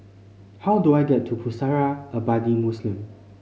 how do I get to Pusara Abadi Muslim